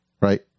right